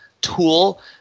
tool